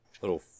little